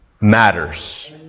matters